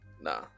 nah